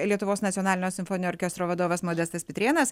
lietuvos nacionalinio simfoninio orkestro vadovas modestas pitrėnas